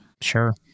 Sure